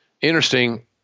interesting